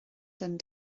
den